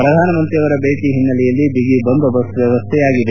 ಪ್ರಧಾನಮಂತ್ರಿ ಅವರ ಭೇಟಿ ಹಿನ್ನೆಲೆಯಲ್ಲಿ ಬಿಗಿ ಬಂದೋಬಸ್ತ್ ವ್ಯವಸ್ತೆಯಾಗಿದೆ